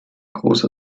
große